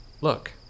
Look